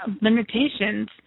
limitations